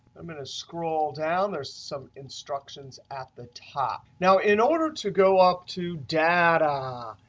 i'm going to scroll, down there's some instructions at the top. now in order to go up to data,